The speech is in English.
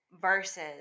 versus